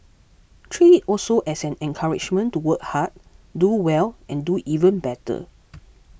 treat it also as an encouragement to work hard do well and do even better